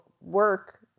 work